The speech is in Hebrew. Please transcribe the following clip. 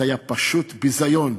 זה היה פשוט ביזיון.